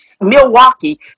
Milwaukee